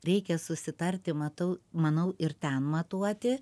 reikia susitarti matau manau ir ten matuoti